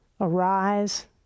arise